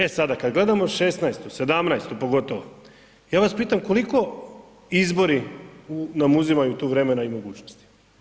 E sada kada gledamo '16.-tu, '17.-tu pogotovo, ja vas pitam koliko izbori nam uzimaju tu vremena i mogućnosti.